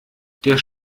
der